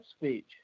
speech